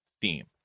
theme